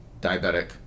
diabetic